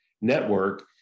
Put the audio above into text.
network